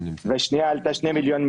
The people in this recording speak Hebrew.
והשנייה עלתה 2.2 מיליון.